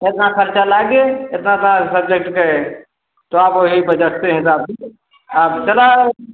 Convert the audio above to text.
एतना खरचा लागे एतना तोहार सब्जेक्ट के तो आप वही बजट के हिसाब आप चला आओ